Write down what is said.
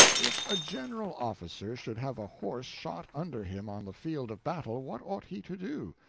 if a general officer should have a horse shot under him on the field of battle, what ought he to do?